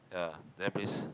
ya there place